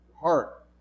Heart